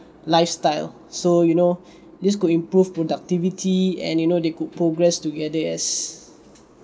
lifestyle so you know this could improve productivity and you know they could progress together as